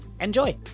Enjoy